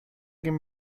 quien